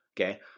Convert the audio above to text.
okay